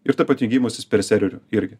ir taip pat jungimusis per serverių irgi